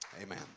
Amen